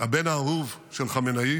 הבן האהוב של חמינאי